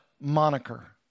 moniker